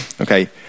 Okay